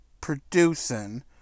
producing